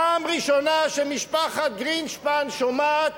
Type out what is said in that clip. פעם ראשונה שמשפחת גרינשפן שומעת